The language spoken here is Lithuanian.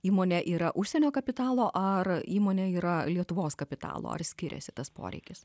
įmonė yra užsienio kapitalo ar įmonė yra lietuvos kapitalo ar skiriasi tas poreikis